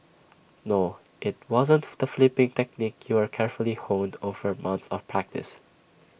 no IT wasn't the flipping technique you carefully honed over months of practice